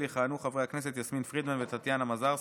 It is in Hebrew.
יכהנו חברות הכנסת יסמין פרידמן וטטיאנה מזרסקי,